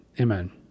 amen